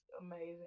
amazing